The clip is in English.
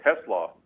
Tesla